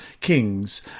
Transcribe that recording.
kings